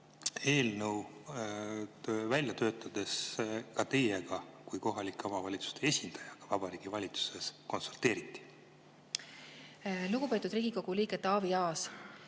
eelnõu välja töötades ka teiega kui kohalike omavalitsuste esindajaga Vabariigi Valitsuses konsulteeriti? Lugupeetud Riigikogu liige Taavi Aas!